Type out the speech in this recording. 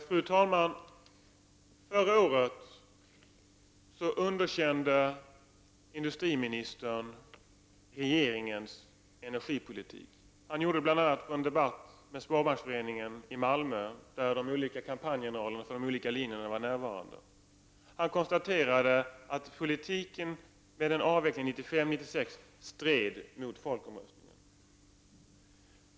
Fru talman! Förra året underkände Rune Molin regeringens energipolitik. Han gjorde det bl.a. på en debatt med Sparbanksföreningen i Malmö, där kampanjgeneralerna för de olika linjerna i folkomröstningen var närvarande. Han konstaterade att den politik som gick ut på en avveckling 1995 1996 stred mot folkomröstningen.